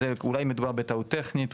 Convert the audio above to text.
אולי מדובר בטעות טכנית,